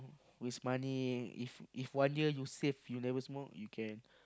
waste money if if one year you save you never smoke you can